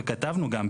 וכתבנו גם,